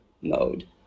mode